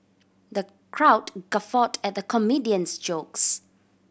the crowd guffawed at the comedian's jokes